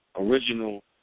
Original